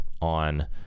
on